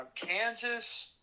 Kansas